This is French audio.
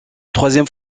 troisième